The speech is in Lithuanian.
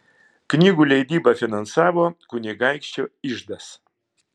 knygų leidybą finansavo kunigaikščio iždas